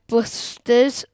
Busters